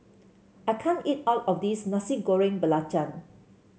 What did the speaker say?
I can't eat all of this Nasi Goreng Belacan